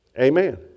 Amen